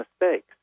mistakes